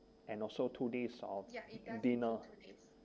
and also two days of dinner